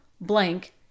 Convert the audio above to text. blank